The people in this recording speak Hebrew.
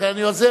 לכן אני עוזר,